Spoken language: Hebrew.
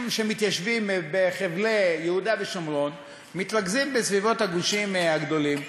שמתיישבים בחבלי יהודה ושומרון מתרכזים בסביבות הגושים הגדולים,